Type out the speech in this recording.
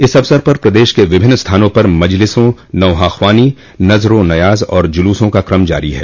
इस अवसर पर प्रदश के विभिन्न स्थानों पर मजलिसों नौहाख़्वानी नज़ ओ नयाज़ और जुलूसों का क्रम जारी है